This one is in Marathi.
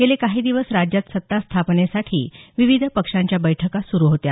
गेले काही दिवस राज्यात सत्ता स्थापनेसाठी विविध पक्षांच्या बैठका सुरु होत्या